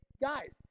Guys